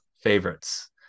favorites